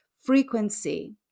frequency